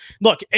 look